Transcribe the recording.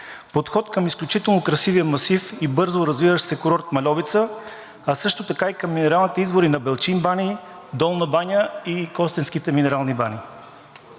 подход към изключително красивия масив и бързо развиващ се курорт Мальовица, а също така и към минералните извори на Белчин бани, Долна баня и Костенските минерални бани.